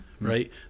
right